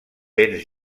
vents